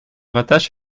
rattache